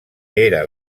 era